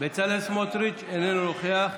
אינו נוכח,